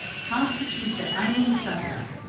constitute the eimuek supper.